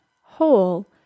whole